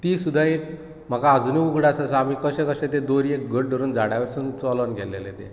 ती सुद्दां एक म्हाका आजुनूय उगडास आसा आमी कशे कशे ते दोरयेक घट धरून झाडावयरसून चोलोन गेल्लेले ते